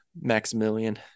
maximilian